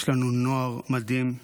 יש לנו נוער מדהים.